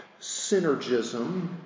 synergism